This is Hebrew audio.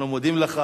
אנחנו מודים לך